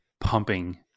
pumping